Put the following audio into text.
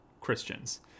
Christians